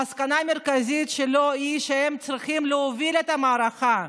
המסקנה המרכזית שלו היא שהם צריכים להוביל את המערכה,